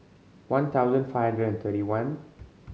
one thousand five hundred and thirty one